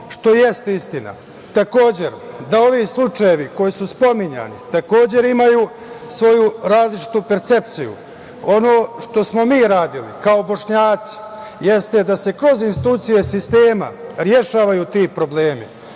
što jeste istina, takođe, da ovi slučajevi koji su spominjani takođe imaju svoju različitu percepciju. Ono što smo mi radili kao Bošnjaci jeste da se kroz institucije sistema rešavaju ti problemi,